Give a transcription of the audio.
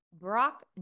brock